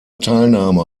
teilnahme